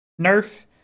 nerf